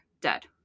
dead